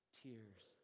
tears